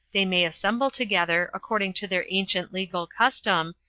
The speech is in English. they may assemble together, according to their ancient legal custom,